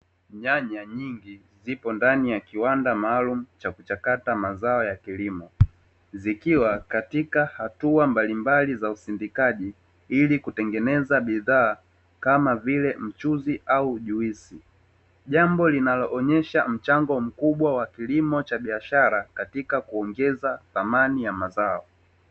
Nyanya nyingi zipo ndani ya kiwanda maalumu cha kuchakata mazao ya kilimo, zikiwa katika hatua mbalimbali za usindikaji ili kutengeneza bidhaa kama vile mchuzi au juisi, jambo linaloonyesha mchango mkubwa wa kilimo cha biashara katika kuongeza thamani ya mazao.